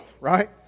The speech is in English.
right